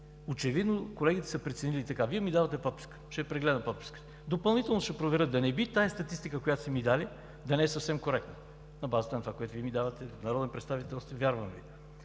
Очевидно колегите са преценили така. Вие ми давате подписка, ще я прегледам. Допълнително ще проверя да не би тази статистика, която са ми дали, да не е съвсем коректна на базата на това, което Вие ми давате – народен представител сте, вярвам Ви.